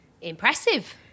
Impressive